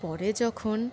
পরে যখন